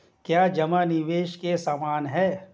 क्या जमा निवेश के समान है?